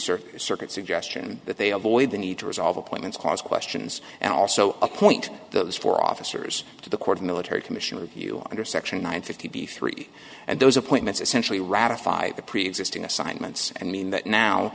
circuit circuit suggestion that they avoid the need to resolve appointments clause questions and also appoint those four officers to the court of military commission review under section one fifty three and those appointments essentially ratified the preexisting assignments and mean that now